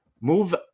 Move